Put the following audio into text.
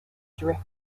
drift